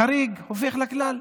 החריג כבר הופך לכלל.